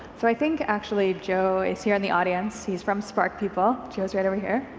so i think actually joe is here in the audience, he's from spark people. joe is right over here.